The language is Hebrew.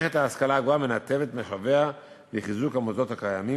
הולַכת ההשכלה הגבוהה מנתבת לחיזוק המוסדות הקיימים,